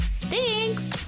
Thanks